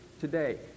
today